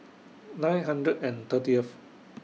nine hundred and thirtieth